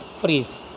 freeze